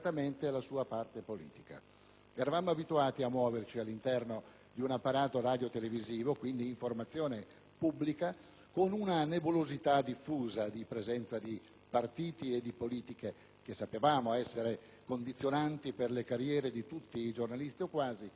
Eravamo abituati a muoverci all'interno di un apparato radiotelevisivo - quindi informazione pubblica - connotato da una diffusa e nebulosa presenza di partiti e di politiche, che sapevamo essere condizionanti per le carriere di tutti i giornalisti, o quasi, e dei massimi dirigenti: mai,